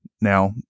now